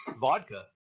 vodka